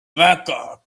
väga